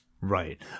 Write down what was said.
Right